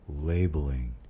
labeling